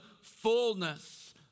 fullness